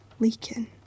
Leaking